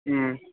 ம்